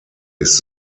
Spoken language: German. ist